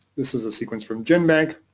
this is a sequence from genbank,